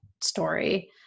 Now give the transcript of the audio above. story